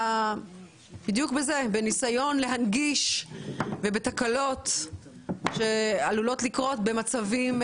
היה בניסיון להדגיש ולפתור תקלות שעלולות לקרות במצבים,